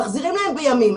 מחזירים להם בימים.